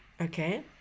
Okay